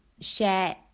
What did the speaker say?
share